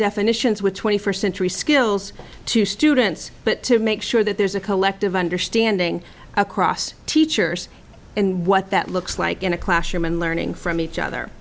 definitions with twenty first century skills to students but to make sure that there's a collective understanding across teachers and what that looks like in a classroom and learning from each other